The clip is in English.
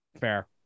fair